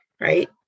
right